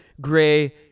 gray